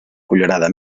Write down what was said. cullerada